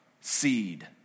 seed